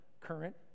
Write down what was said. current